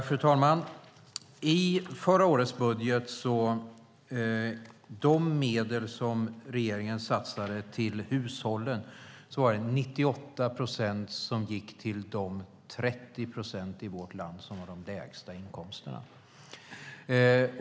Fru talman! Av de medel regeringen satsade till hushållen i förra årets budget var det 98 procent som gick till de 30 procent i vårt land som har de lägsta inkomsterna.